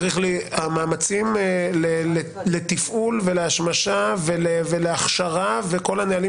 המאמצים לתפעול ולהשמשה ולהכשרה וכל הנהלים